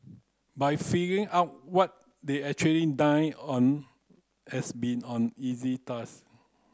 but figuring out what they actually dined on has been on easy task